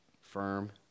firm